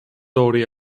ორი